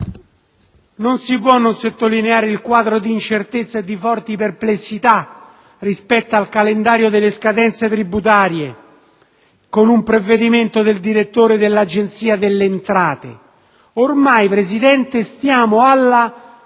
Non si può non sottolineare il quadro di incertezza e di forti perplessità rispetto al calendario delle scadenze tributarie con un provvedimento del direttore dell'Agenzia delle entrate. Ormai, signor Presidente, siamo alla